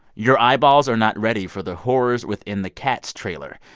your eyeballs are not ready for the horrors within the cats trailer,